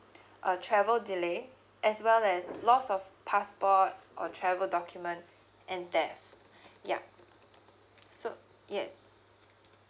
a travel delay as well as loss of passport or travel document and death yup so yes